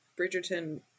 Bridgerton